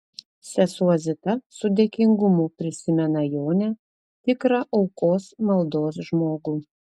sesuo zita su dėkingumu prisimena jonę tikrą aukos maldos žmogų